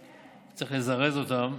צריך לזרז אותם,